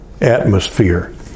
atmosphere